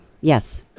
Yes